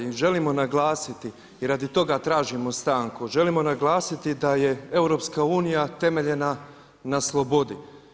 I želimo naglasiti i radi toga tražimo stanku, želimo naglasiti da je EU temeljena na slobodi.